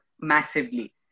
massively